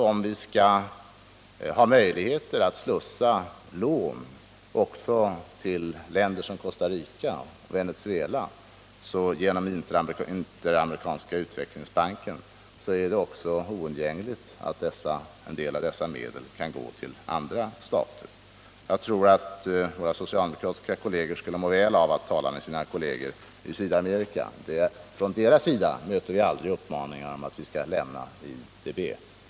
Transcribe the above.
Om vi skall ha möjlighet att slussa lån till länder som Costa Rica och Venezuela genom Interamerikanska utvecklingsbanken så är det också oundgängligt att en del av dessa medel går till andra stater. Jag tror våra socialdemokratiska kolleger skulle må väl av att tala med sina kolleger i Sydamerika. Från deras sida möter vi aldrig uppmaningar att vi skall lämna IDB.